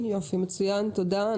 תודה,